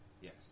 Yes